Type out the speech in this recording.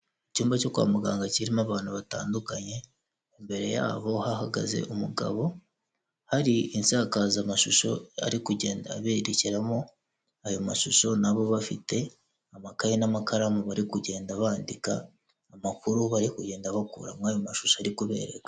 Icyumba cyo kwa muganga kirimo abantu batandukanye, imbere yabo hahagaze umugabo, hari insakazamashusho ari kugenda aberekeramo ayo mashusho, nabo bafite amakaye n'amakaramu bari kugenda bandika, amakuru bari kugenda bakura mw'ayo mashusho ari kubereka.